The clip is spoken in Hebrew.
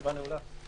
הישיבה נעולה.